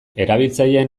erabiltzaileen